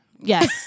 yes